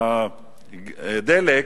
של הדלק,